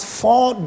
four